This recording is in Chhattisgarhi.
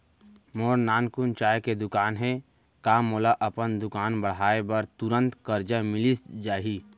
मोर नानकुन चाय के दुकान हे का मोला अपन दुकान बढ़ाये बर तुरंत करजा मिलिस जाही?